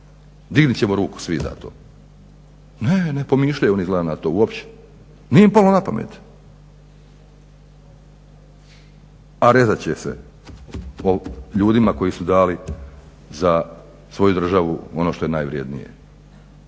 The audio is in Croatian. Dignut ćemo ruku svi za to. Ne, ne pomišljaju oni izgleda na to uopće. Nije im palo na pamet. A rezat će se ljudima koji su dali za svoju državu ono što je najvrednije